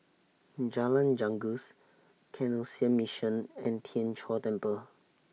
Jalan Janggus Canossian Mission and Tien Chor Temple